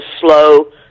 slow